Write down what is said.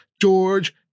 George